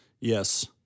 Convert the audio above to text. Yes